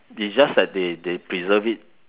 it's just that they they preserve it